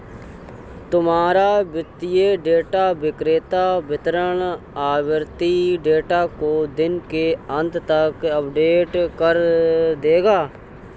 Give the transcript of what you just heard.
तुम्हारा वित्तीय डेटा विक्रेता वितरण आवृति डेटा को दिन के अंत तक अपडेट कर देगा